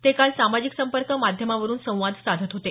ते काल सामाजिक संपर्क माध्यमावरून संवाद साधत होते